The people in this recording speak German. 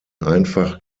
einfach